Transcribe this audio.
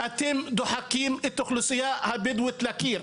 אתם דוחקים את האוכלוסייה הבדואית לקיר.